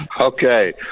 okay